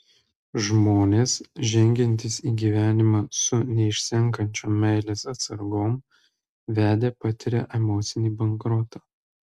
žmonės žengiantys į gyvenimą su neišsenkančiom meilės atsargom vedę patiria emocinį bankrotą